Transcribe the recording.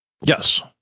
Yes